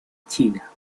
china